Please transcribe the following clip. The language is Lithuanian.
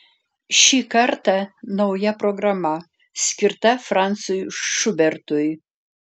šį kartą nauja programa skirta francui šubertui